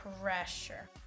pressure